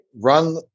run